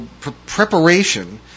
preparation